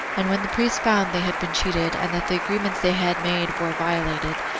and when the priests found they had been cheated, and that the agreements they had made were violated,